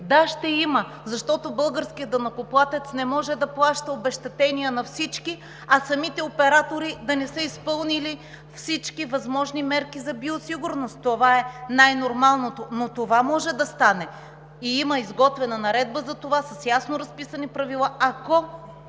Да, ще има, защото българският данъкоплатец не може да плаща обезщетения на всички, а самите оператори да не са изпълнили всички възможни мерки за биосигурност! И е най-нормалното. Но това може да стане – има изготвена наредба с ясно разписани правила, ако